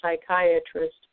psychiatrist